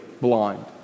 blind